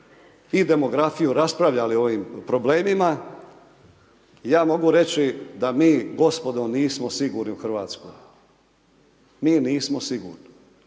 i demografiju, raspravljali o ovim problemima, ja mogu reći da mi gospodo, nismo sigurni u Hrvatsku. Mi nismo sigurno.